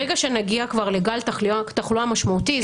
ברגע שנגיע כבר לגל תחלואה משמעותי,